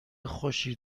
خوشی